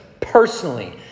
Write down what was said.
personally